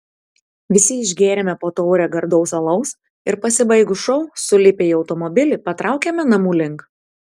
visi išgėrėme po taurę gardaus alaus ir pasibaigus šou sulipę į automobilį patraukėme namų link